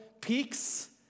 peaks